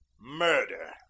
Murder